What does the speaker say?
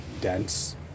dense